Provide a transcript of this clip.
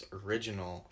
original